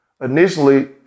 initially